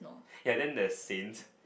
ya then the saint